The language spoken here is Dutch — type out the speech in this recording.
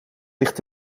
ligt